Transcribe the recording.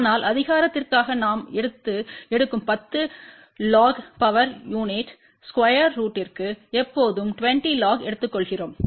ஆனால் அதிகாரத்திற்காக நாம் எடுக்கும் 10 log பவர் யுனிட் ஸ்கொயர் ரூட்திற்கு எப்போதும் 20 log எடுத்துக்கொள்கிறோம்